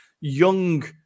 young